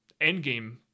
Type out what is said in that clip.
endgame